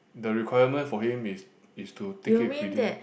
the requirement for him is is to take it within